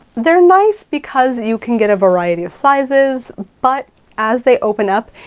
they're nice because you can get a variety of sizes, but as they open up,